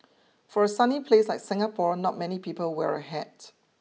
for a sunny place like Singapore not many people wear a hat